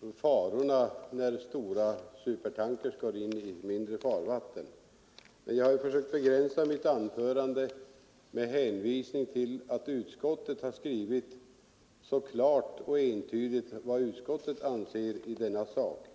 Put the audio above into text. de faror som finns Onsdagen den när stora supertankers går in i mindre farvatten, men jag försökte begränsa — 27 november 1974 mitt anförande med hänvisning till att utskottet skrivit klart och entydigt vad utskottet anser i den här saken.